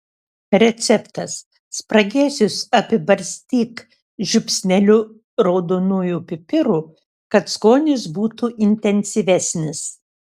receptas spragėsius apibarstyk žiupsneliu raudonųjų pipirų kad skonis būtų intensyvesnis